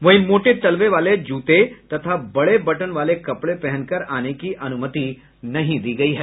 वहीं मोटे तलबे वाले जूते तथा बड़े बटन वाले कपड़े पहनकर आने की अनुमति नहीं दी गयी है